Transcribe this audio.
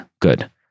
good